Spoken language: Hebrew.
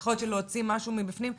יכול להיות שלהוציא משהו בפנים ---.